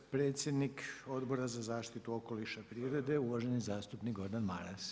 Predsjednik Odbora za zaštitu okoliša i prirode uvaženi zastupnik Gordan Maras.